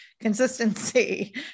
consistency